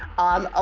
um, ah